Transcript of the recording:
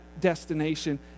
destination